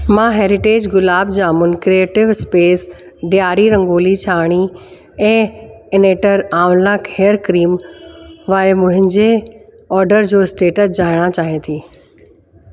मां heritage gulab jamun creative space ॾियारी रंगोली छाणी ऐं इनेटर आमला हेयर क्रीम वारे मुंहिंजे ऑडर जो स्टेटस ॼाणणु चाहियां थी